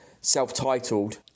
self-titled